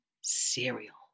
cereal